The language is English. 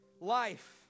Life